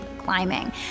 climbing